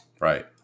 right